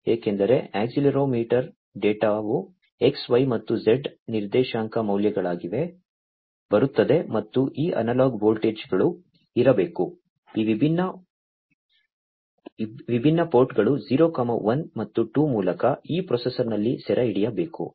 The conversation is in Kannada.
ಏಕೆಂದರೆ ಅಕ್ಸೆಲೆರೊಮೀಟರ್ ಡೇಟಾವು X Y ಮತ್ತು Z ನಿರ್ದೇಶಾಂಕ ಮೌಲ್ಯಗಳಾಗಿ ಬರುತ್ತದೆ ಮತ್ತು ಈ ಅನಲಾಗ್ ವೋಲ್ಟೇಜ್ಗಳು ಇರಬೇಕು ಈ ವಿಭಿನ್ನ ಪೋರ್ಟ್ಗಳು 0 1 ಮತ್ತು 2 ಮೂಲಕ ಈ ಪ್ರೊಸೆಸರ್ನಲ್ಲಿ ಸೆರೆಹಿಡಿಯಬೇಕು